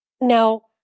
Now